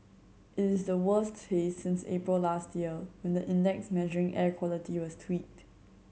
it is the worst haze since April last year when the index measuring air quality was tweaked